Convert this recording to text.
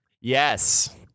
Yes